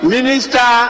Minister